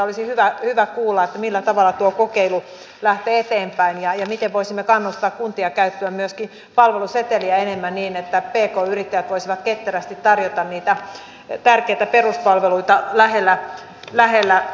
olisi hyvä kuulla millä tavalla tuo kokeilu lähtee eteenpäin ja miten voisimme kannustaa kuntia käyttämään myöskin palveluseteliä enemmän niin että pk yrittäjät voisivat ketterästi tarjota niitä tärkeitä peruspalveluita lähellä ihmisiä